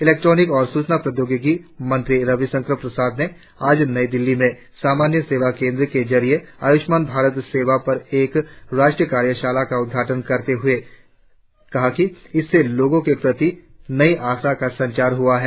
electronic और सूचना प्रौद्योगिकी मंत्री रविशंकर प्रसाद ने आज नई दिल्ली में सामान्य सेवा केंद्रों के जरिए आयुष्मान भारत सेवाओं पर एक राष्ट्रीय कार्यशाला का उद्घाटन करते हुए कहा कि इससे लोगों के प्रति नई आशा का संचार हुआ है